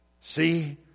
see